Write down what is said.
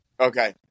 Okay